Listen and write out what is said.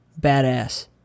badass